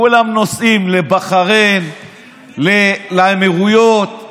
כולם נוסעים לבחריין, לאמירויות.